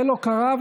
זה לא קרה,